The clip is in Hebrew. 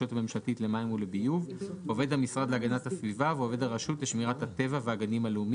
הממשלתית"; אני מבין שזה חלק מההסכמות שהגעתם אליהן.